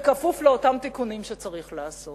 בכפוף לאותם תיקונים שצריך לעשות.